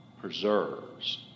preserves